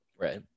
Right